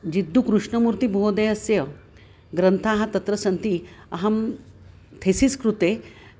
जिद्दुकृष्णमूर्तिमहोदयस्य ग्रन्थाः तत्र सन्ति अहं थीसिस् कृते